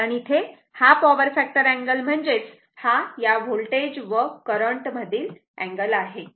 कारण इथे हा पॉवर फॅक्टर अँगल म्हणजेच हा या व्होल्टेज व करंट मधील अँगल आहे